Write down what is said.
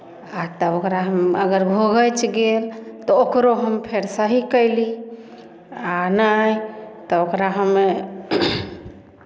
आ तब ओकरा हम अगर घोघचि गेल तऽ ओकरो हम फेर सही कयली आ नहि तऽ ओकरा हमे